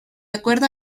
acuerdo